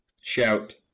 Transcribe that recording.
shout